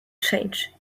change